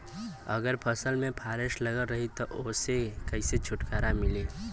अगर फसल में फारेस्ट लगल रही त ओस कइसे छूटकारा मिली?